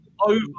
Over